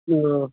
kilo